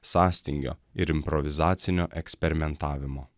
sąstingio ir improvizacinio eksperimentavimo